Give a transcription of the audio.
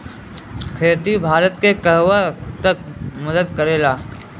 खेती भारत के कहवा तक मदत करे ला?